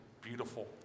beautiful